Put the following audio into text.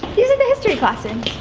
these are the history classrooms.